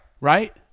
right